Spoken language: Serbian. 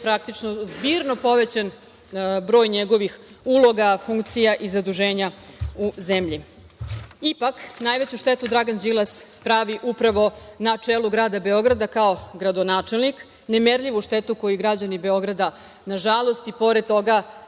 gde je zbirno povećan broj njegovih uloga, funkcija i zaduženja u zemlji. Ipak, najveću štetu Dragan Đilas pravi upravo na čelu Grada Beograda, kao gradonačelnik. Nemerljivu štetu koju građani Beograda nažalost i pored toga